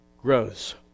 grows